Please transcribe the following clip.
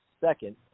second